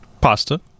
pasta